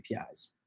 APIs